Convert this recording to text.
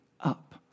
up